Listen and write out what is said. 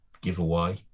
giveaway